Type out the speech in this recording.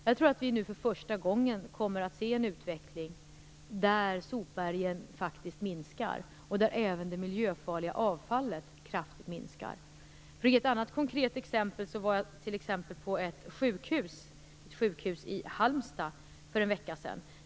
Jag tror att vi nu för första gången kommer att se en utveckling där sopbergen faktiskt minskar och där även det miljöfarliga avfallet minskar kraftigt. Jag har ett annat konkret exempel. Jag var på ett sjukhus i Halmstad för en vecka sedan.